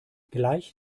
gleich